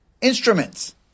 instruments